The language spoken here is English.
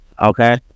okay